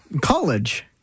College